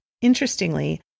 interestingly